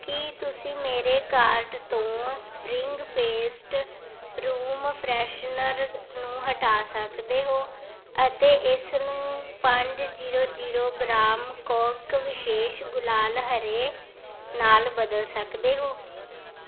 ਕੀ ਤੁਸੀਂ ਮੇਰੇ ਕਾਰਟ ਤੋਂ ਸਪਰਿੰਗ ਫੇਸਟ ਰੂਮ ਫਰੈਸ਼ਨਰ ਨੂੰ ਹਟਾ ਸਕਦੇ ਹੋ ਅਤੇ ਇਸ ਨੂੰ ਪੰਜ ਜੀਰੋ ਜੀਰੋ ਗ੍ਰਾਮ ਕੌਕ ਵਿਸ਼ੇਸ਼ ਗੁਲਾਲ ਹਰੇ ਨਾਲ ਬਦਲ ਸਕਦੇ ਹੋ